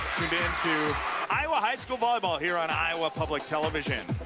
into iowa high school volleyball here on iowa public television.